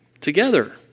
together